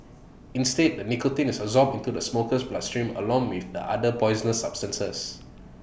instead the nicotine is absorbed into the smoker's bloodstream along with the other poisonous substances